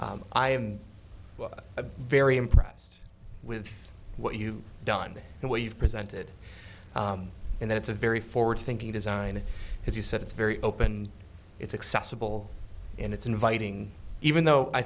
a very impressed with what you've done and what you've presented and that it's a very forward thinking design as you said it's very open it's accessible and it's inviting even though i